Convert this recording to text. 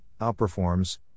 outperforms